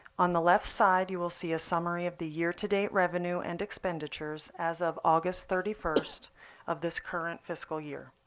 on the left side, you will see a summary of the year to date revenue and expenditures as of august thirty first of this current fiscal year.